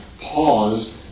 pause